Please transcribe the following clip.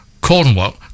Cornwall